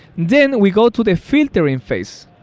then we go to the filtering phase,